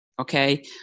Okay